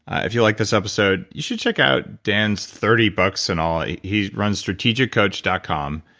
if you liked this episode you should check out dan's thirty books in all. he runs strategiccoach dot com,